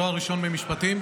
תואר ראשון במשפטים,